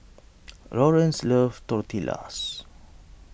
Laurence loves Tortillas